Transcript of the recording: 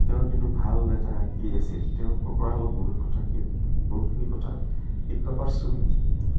তেওঁৰ কিন্তু ভাল এটা কি আছিল তেওঁলোকৰ পৰাই মই বহুত কথাখিনি বহুতখিনি কথা শিকবা পাৰছোঁ